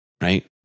right